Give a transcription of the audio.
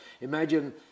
imagine